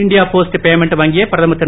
India post payment வங்கியை பிரதமர் திரு